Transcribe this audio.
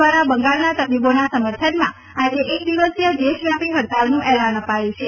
દ્વારા બંગાળના તબીબોના સમર્થનમાં આજે એક દિવસીય દેશવ્યાપી હડતાળનું એલાન અપાયું છે